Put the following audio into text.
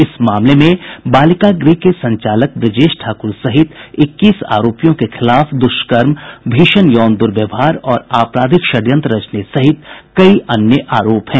इस मामले में बालिका गृह के संचालक ब्रजेश ठाकुर सहित इक्कीस आरोपियों के खिलाफ दुष्कर्म भीषण यौन दुर्व्यवहार और आपराधिक षड्यंत्र रचने सहित कई अन्य आरोप हैं